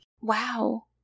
Wow